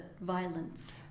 violence